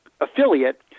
affiliate